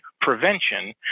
prevention